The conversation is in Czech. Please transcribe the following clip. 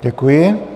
Děkuji.